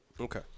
Okay